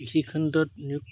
কৃষি খণ্ডত নিয়ােগ